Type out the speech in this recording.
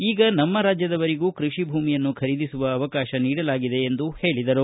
ಈಗ ನಮ್ಮ ರಾಜ್ಯದವರಿಗೂ ಕೃಷಿ ಭೂಮಿಯನ್ನು ಖರೀದಿಸುವ ಅವಕಾಶ ನೀಡಲಾಗಿದೆ ಎಂದು ಹೇಳಿದರು